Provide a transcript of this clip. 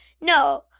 No